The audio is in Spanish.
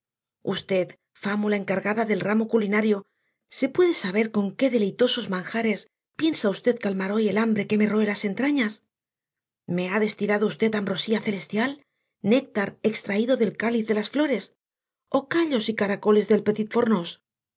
usted fámula encargada del ramo culinario se puede saber con qué deleitosos manjares piensa v calmar hoy el hambre que me roe las entrañas me ha destilado v ambrosía celestial néctar extraído del cáliz de las flores ó callos y caracoles del